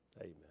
Amen